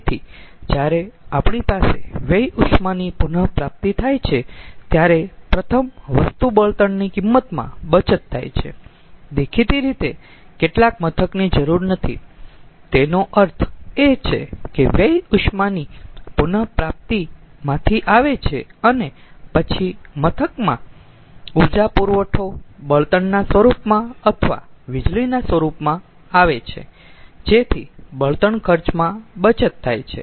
તેથી જ્યારે આપણી પાસે વ્યય ઉષ્માની પુન પ્રાપ્તિ થાય છે ત્યારે પ્રથમ વસ્તુ બળતણની કિંમતમાં બચત થાય છે દેખીતી રીતે કેટલાક મથકની જરૂર નથી તેનો અર્થ એ છે કે તે વ્યય ઉષ્માની પુન પ્રાપ્તિમાંથી આવે છે અને પછી મથકનમાં ઊર્જા પુરવઠો બળતણના સ્વરૂપમાં અથવા વીજળીના સ્વરૂપમાં આવે છે જેથી બળતણ ખર્ચમાં બચત થાય છે